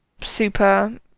super